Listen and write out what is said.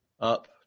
Up